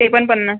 ते पण पन्नास